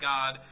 God